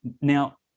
Now